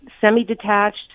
semi-detached